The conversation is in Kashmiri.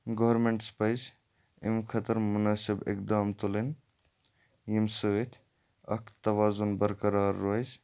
گورمنٹَس پَزِ امہِ خٲطر مُنٲسب اقدام تُلٕنۍ ییٚمہِ سۭتۍ اَکھ تَوازُن برقرار روزِ